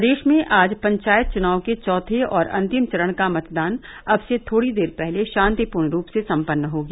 प्रदेश में आज पंचायत चुनाव के चौथे और अंतिम चरण का मतदान अब से थोड़ी देर पहले शान्तिपूर्ण रूप से सम्पन्न हो गया